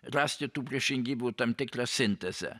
rasti tų priešingybių tam tikrą sintezę